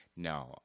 no